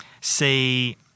see